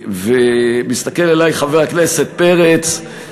מסתכל עלי חבר הכנסת פרץ,